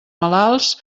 malalts